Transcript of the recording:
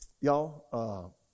Y'all